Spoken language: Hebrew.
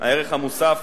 הערך המוסף,